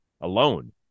alone